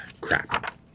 Crap